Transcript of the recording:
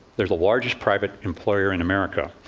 they're the largest private employer in america.